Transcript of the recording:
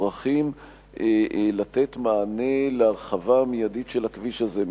מוכרחים לתת מענה של הרחבה מיידית של הכביש הזה,